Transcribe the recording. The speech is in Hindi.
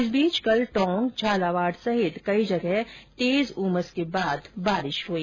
इस बीच कल टोंक झालावाड़ सहित कई जगह तेज उमस के बाद बारिश हुई